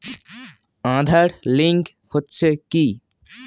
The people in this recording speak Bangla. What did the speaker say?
আঁধার লিঙ্ক হচ্ছে কি?